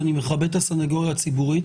ואני מכבד את הסנגוריה הציבורית.